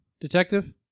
detective